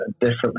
different